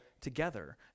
together